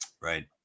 Right